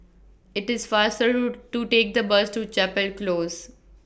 IT IS faster to Take The Bus to Chapel Close